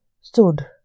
stood